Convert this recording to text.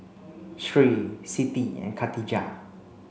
Sri Siti and Khatijah